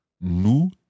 nous